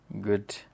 good